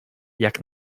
jak